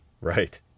right